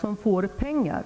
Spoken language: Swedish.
som får pengar.